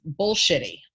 bullshitty